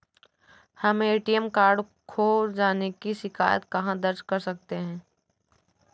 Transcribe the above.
हम ATM card खो जाने की शिकायत कहाँ दर्ज कर सकते हैं?